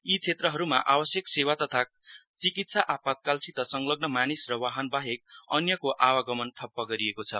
यी क्षेत्रहरूमा आवश्यक सेवा तथा चिकित्सा आपातकालसित संलग्न मानिस र बाहन बाहेक अन्यको आवागमन ठप्प गरिएको छ